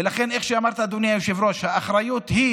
ולכן, כמו שאמרת, אדוני היושב-ראש, האחריות היא